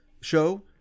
show